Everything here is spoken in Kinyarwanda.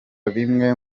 bimwe